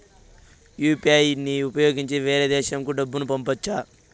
UPI ని ఉపయోగించి వేరే దేశంకు డబ్బును పంపొచ్చా?